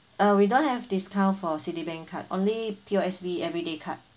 uh we don't have discount for citibank card only P_O_S_B everyday card